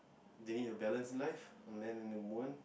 they need to balance life a man and women